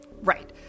Right